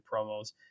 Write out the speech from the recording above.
promos